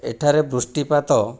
ଏଠାରେ ବୃଷ୍ଟିପାତ